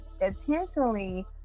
intentionally